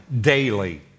daily